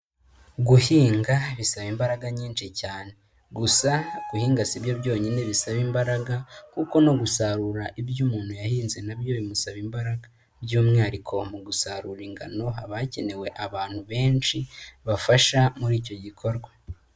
Guhinga bisaba imbaraga nyinshi cyane, gusa guhinga si byo byonyine bisaba imbaraga kuko no gusarura ibyo umuntu yahinze na byo bimusaba imbaraga, by'umwihariko mu gusarura ingano haba hakenewe abantu benshi bafasha muri icyo gikorwa.